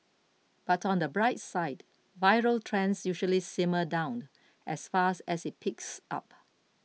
but on the bright side viral trends usually simmer down as fast as it peaks up